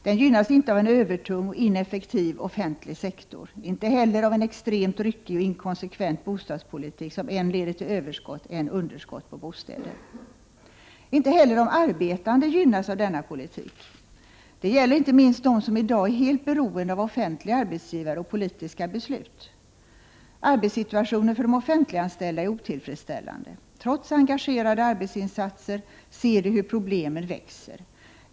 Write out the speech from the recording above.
Den gynnas inte av en övertung och ineffektiv offentlig sektor, inte heller av en extremt ryckig och inkonsekvent bostadspolitik som än leder till överskott än underskott på bostäder. Inte heller de arbetande gynnas av denna politik. Det gäller inte minst de som i dag är helt beroende av offentliga arbetsgivare och politiska beslut. Arbetssituationen för de offentliganställda är otillfredsställande. Trots engagerade arbetsinsatser, ser de hur problemen växer.